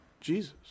Jesus